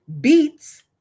beets